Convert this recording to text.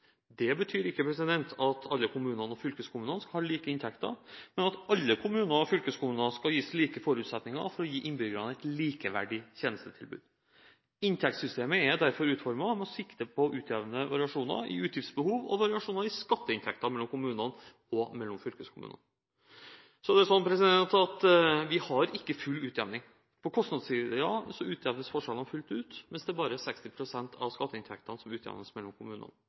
Det betyr ikke at alle kommunene og fylkeskommunene skal ha like inntekter, men at alle kommuner og fylkeskommuner skal gis like forutsetninger til å gi innbyggerne et likeverdig tjenestetilbud. Inntektssystemet er derfor utformet med sikte på å utjevne variasjoner i utgiftsbehov og variasjoner i skatteinntekter mellom kommunene og mellom fylkeskommunene. Det er likevel slik at vi har ikke full utjevning. På kostnadssiden utjevnes forskjellene fullt ut, mens det er bare 60 pst. av skatteinntektene som utjevnes mellom kommunene.